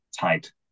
tight